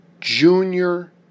Junior